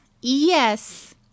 Yes